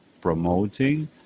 promoting